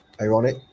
ironic